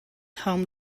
home